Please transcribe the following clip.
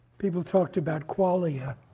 people talked about qualia